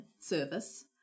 service